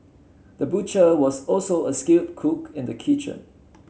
the butcher was also a skilled cook in the kitchen